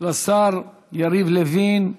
לשר יריב לוין.